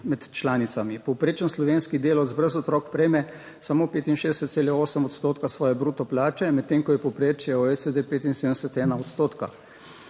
med članicami. Povprečen slovenski delavec brez otrok prejme samo 65,8 odstotka svoje bruto plače, medtem ko je povprečje OECD 75,1 odstotka.